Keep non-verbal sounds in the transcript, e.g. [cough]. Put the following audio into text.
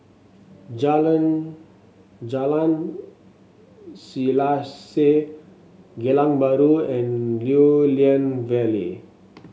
[unintelligible] Jalan Selaseh Geylang Bahru and Lew Lian Vale